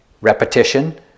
Repetition